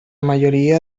mayoría